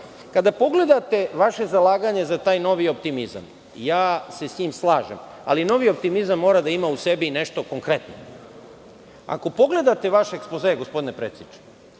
pogledate vaše zalaganje za taj novi optimizam, ja se sa tim slažem, ali novi optimizam mora da ima u sebi nešto konkretno. Ako pogledate vaš ekspoze, gospodine predsedniče,